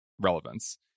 relevance